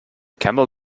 camel